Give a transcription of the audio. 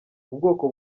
ubwoko